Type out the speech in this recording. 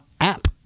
app